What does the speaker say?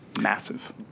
Massive